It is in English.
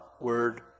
word